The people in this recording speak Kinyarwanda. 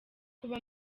kuba